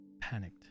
Panicked